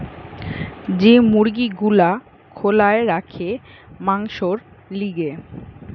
যে মুরগি গুলা খোলায় রাখে মাংসোর লিগে